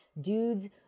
Dudes